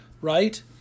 right